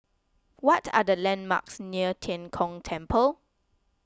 what are the landmarks near Tian Kong Temple